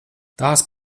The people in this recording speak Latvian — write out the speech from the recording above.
tās